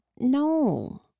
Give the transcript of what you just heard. No